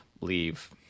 leave